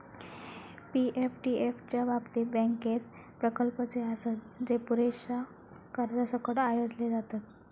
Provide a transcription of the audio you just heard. पी.एफडीएफ च्या बाबतीत, बँकेत प्रकल्प जे आसत, जे पुरेशा कर्जासकट आयोजले जातत